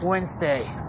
Wednesday